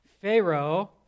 Pharaoh